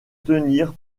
tenir